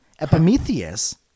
Epimetheus